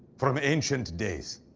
from ancient days.